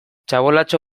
txabolatxo